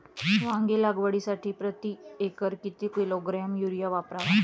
वांगी लागवडीसाठी प्रती एकर किती किलोग्रॅम युरिया वापरावा?